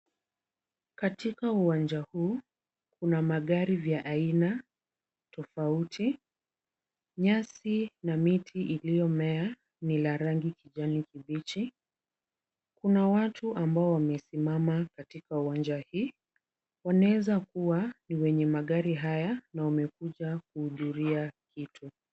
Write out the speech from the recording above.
Katika uwanja huu, kuna magari vya aina tofauti, nyasi na miti iliyomea ni la rangi kijani kibichi. Kuna watu ambao wamesimama katika uwanja hii, wanaeza kuwa ni wenye magari haya na wamekuja kuhudhuria kitu.